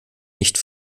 nicht